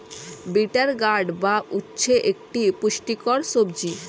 bitter gourd বা উচ্ছে একটি পুষ্টিকর সবজি